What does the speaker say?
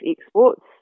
exports